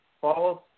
false